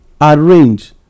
arrange